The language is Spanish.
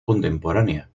contemporánea